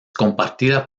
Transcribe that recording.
compartida